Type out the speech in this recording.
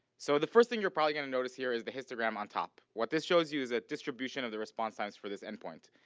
so the first thing you're probably gonna notice here is the histogram on top. what this shows you is a distribution of the response times for this endpoint.